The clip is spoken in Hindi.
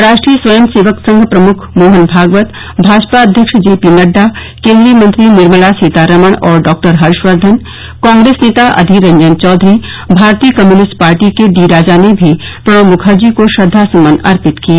राष्ट्रीय स्वयं सेवक संघ प्रमुख मोहन भागवत भाजपा अध्यक्ष जेपी नड्डा केंद्रीय मंत्री निर्मला सीतारामन और डॉ हर्षवर्धन कांग्रेस नेता अधीर रंजन चौघरी भारतीय कम्युनिस्ट पार्टी के डी राजा ने भी प्रणब मुखर्जी को श्रद्वासुमन अर्पित किए